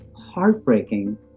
heartbreaking